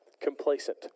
Complacent